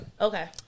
Okay